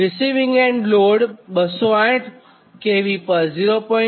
receiving end load 208 kV પર અને 0